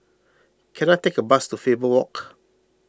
can I take a bus to Faber Walk